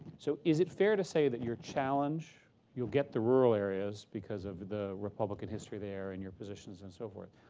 so is it fair to say that your challenge you'll get the rural areas because of the republican history there and your positions and so forth.